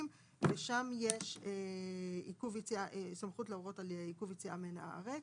ושם יש סמכות להורות על עיכוב יציאה מן הארץ.